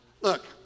Look